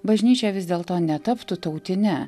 bažnyčia vis dėlto netaptų tautine